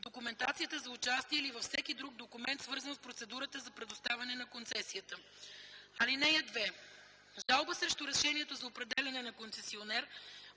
документацията за участие или във всеки друг документ, свързан с процедурата за предоставяне на концесията. (2) Жалба срещу решението за определяне на концесионер